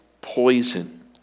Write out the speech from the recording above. poison